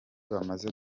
bamaze